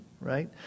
right